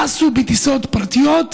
טסו בטיסות פרטיות,